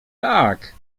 tak